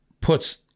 puts